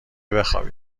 بخوابی